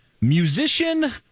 musician